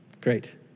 Great